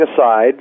aside